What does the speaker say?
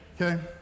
okay